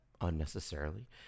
Unnecessarily